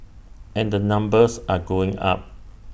and the numbers are going up